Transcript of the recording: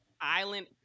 Island